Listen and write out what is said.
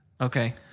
Okay